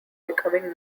becoming